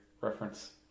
reference